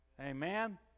amen